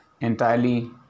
Entirely